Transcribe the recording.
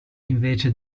invece